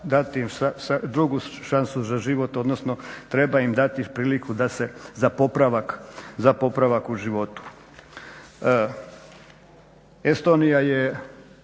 dati im drugu šansu za život, odnosno treba im dati priliku za popravak u životu. Estonija je